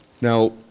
Now